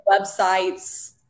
websites